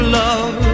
love